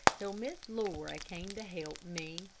till miss laura came to help me.